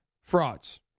Frauds